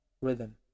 rhythm